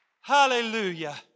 Hallelujah